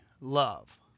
love